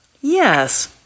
Yes